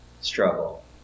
struggle